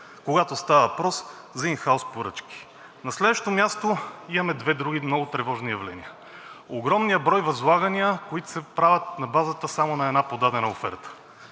когато става въпрос за ин хаус поръчки. На следващо място, имаме две други много тревожни явления – огромния брой възлагания, които се правят на базата само на една подадена оферта.